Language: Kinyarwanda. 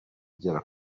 igera